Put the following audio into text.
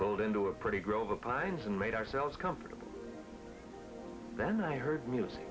pulled into a pretty grove the pines and made ourselves comfortable then i heard music